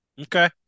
Okay